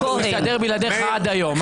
הוא הסתדר בלעדיך עד היום.